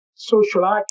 social